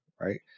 right